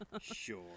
Sure